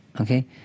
Okay